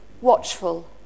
watchful